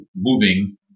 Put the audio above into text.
moving